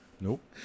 Nope